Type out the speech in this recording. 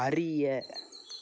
அறிய